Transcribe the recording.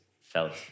felt